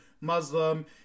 Muslim